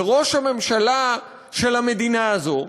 לראש הממשלה של המדינה הזאת,